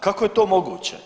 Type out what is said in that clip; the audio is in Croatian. Kako je to moguće?